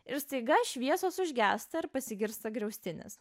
ir staiga šviesos užgęsta ir pasigirsta griaustinis